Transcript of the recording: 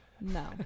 No